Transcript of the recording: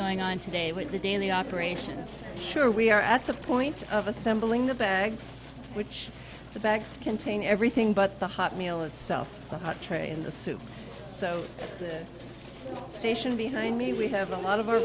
going on today with the daily operations sure we are at the point of assembling the bags which backs contain everything but the hot meal itself the hot tray in the soup so the station behind me we have a lot of our